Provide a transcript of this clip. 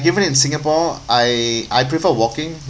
even in singapore I I prefer walking